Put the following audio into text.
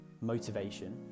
motivation